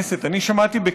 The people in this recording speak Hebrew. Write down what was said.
יש קשב?